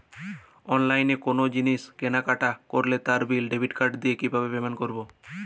অনলাইনে কোনো জিনিস কেনাকাটা করলে তার বিল ডেবিট কার্ড দিয়ে কিভাবে পেমেন্ট করবো?